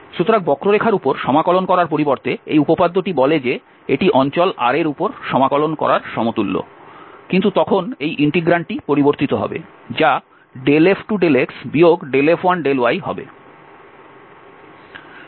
সুতরাং বক্ররেখার উপর সমাকলন করার পরিবর্তে এই উপপাদ্যটি বলে যে এটি এই অঞ্চল R এর উপর সমাকলন করার সমতুল্য কিন্তু তখন এই ইন্টিগ্রান্টটি পরিবর্তিত হবে যা F2∂x F1∂yহবে